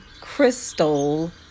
crystal